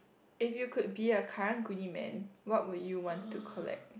if you could be a Karang-Guni man what would you want to collect